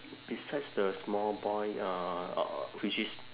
besides the small boy uh which is